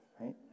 right